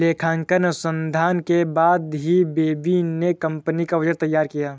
लेखांकन अनुसंधान के बाद ही बॉबी ने कंपनी का बजट तैयार किया